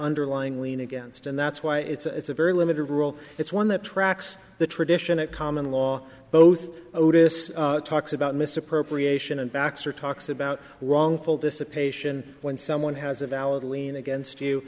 underlying lien against and that's why it's a very limited rule it's one that tracks the tradition of common law both otis talks about misappropriation and baxter talks about wrongful dissipation when someone has a valid lien against